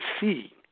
see